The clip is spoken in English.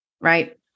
Right